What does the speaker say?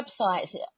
websites